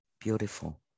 beautiful